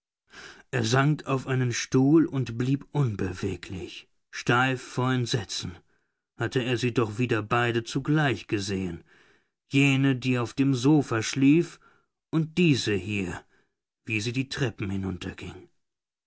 er sank auf einen stuhl und blieb unbeweglich steif vor entsetzen hatte er sie doch wieder beide zugleich gesehen jene die auf dem sofa schlief und diese hier wie sie die treppen